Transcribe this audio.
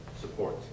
support